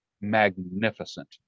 magnificent